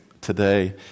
today